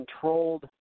controlled